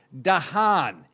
Dahan